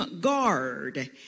guard